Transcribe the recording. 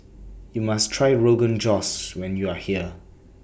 YOU must Try Rogan Josh when YOU Are here